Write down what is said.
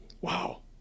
Wow